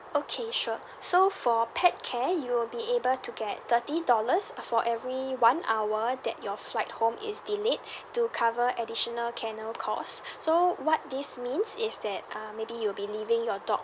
okay sure so for pet care you will be able to get thirty dollars uh for every one hour that your flight home is delayed to cover additional kennel cost so what this means is that uh maybe you'll be leaving your dog